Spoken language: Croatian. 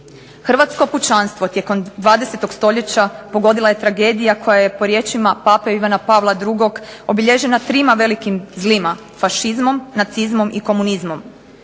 Hrvatsko pučanstvo tijekom 20. stoljeća pogodila je tragedija koja je po riječima Pape Ivane Pavla II. obilježena trima velikim zlima, fašizmom, nacizmom i komunizmom.